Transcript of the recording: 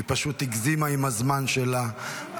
היא פשוט הגזימה עם הזמן שלה,